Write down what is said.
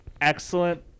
excellent